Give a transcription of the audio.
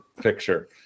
picture